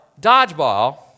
dodgeball